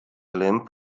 limp